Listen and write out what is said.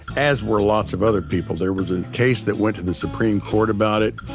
as were lots of other people there was a case that went to the supreme court about it,